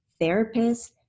therapists